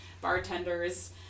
bartenders